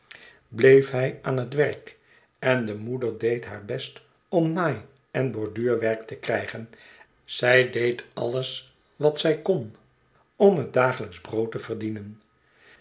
bleef hij aan het werk en de moeder deed haar best om naai en borduurwerk te krijgen zij deed alles wat zij kon om het dagelijksch brood te verdienen